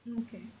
Okay